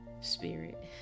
Spirit